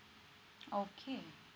okay